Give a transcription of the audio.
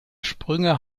sprünge